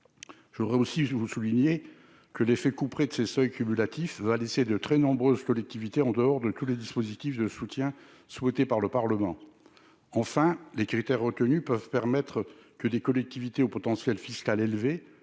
je voudrais aussi, je veux souligner que l'effet couperet de ces seuils cumulatif va laisser de très nombreuses collectivités en dehors de tous les dispositifs de soutien souhaitée par le Parlement, enfin les critères retenus peuvent permettre que des collectivités au potentiel fiscal élevé,